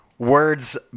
words